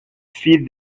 feed